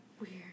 Weird